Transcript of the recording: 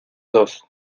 dos